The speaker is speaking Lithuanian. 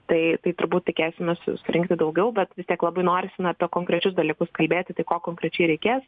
tai tai turbūt tikėsimės surinkti daugiau bet vis tiek labai norisi na apie konkrečius dalykus kalbėti tai ko konkrečiai reikės